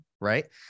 Right